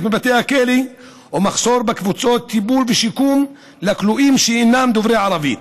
מבתי הכלא ומחסור בקבוצות טיפול ושיקום לכלואים שאינם דוברי עברית.